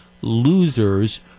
losers